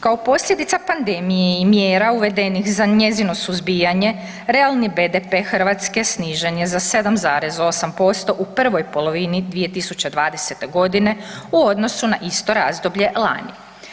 Kao posljedice pandemije i mjera uvedenih za njezino suzbijanje, realni BDP Hrvatske snižen je za 7,8 u prvoj polovini 2020. g. u odnosu na isto razdoblje lani.